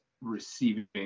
receiving